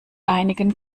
einigen